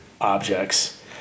objects